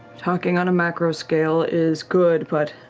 talking on a macro scale is good, but